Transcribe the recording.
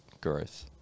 growth